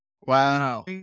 Wow